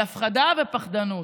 "על הפחדה ופחדנות",